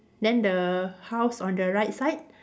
then the house on the right side